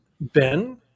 ben